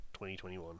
2021